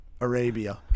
Arabia